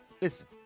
Listen